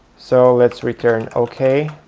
so let's return ok,